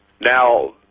Now